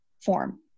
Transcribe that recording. form